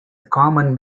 common